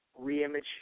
Reimage